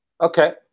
Okay